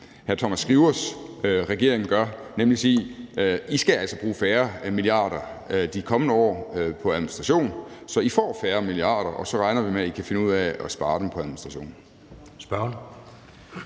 er med i, gør, nemlig sige: I skal altså bruge færre milliarder de kommende år på administration, så I får færre milliarder, og så regner vi med, at I kan finde ud af at spare dem på administration.